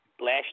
last